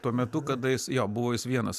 tuo metu kadais jo buvo jis vienas